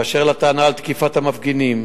באשר לטענה על תקיפת המפגינים,